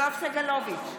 יואב סגלוביץ'